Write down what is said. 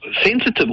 sensitive